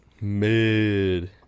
Mid